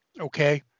okay